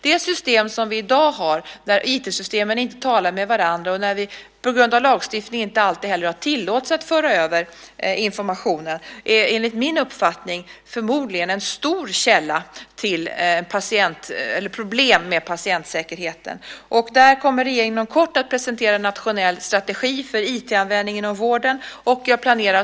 Det system som vi har i dag, där IT-systemen inte talar med varandra och vi på grund av lagstiftning inte heller alltid har tillåtelse att föra över informationen, är enligt min uppfattning förmodligen en stor orsak till problem med patientsäkerheten. Därför kommer regeringen att inom kort presentera en nationell strategi för IT-användning inom vården.